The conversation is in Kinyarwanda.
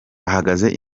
ahagaze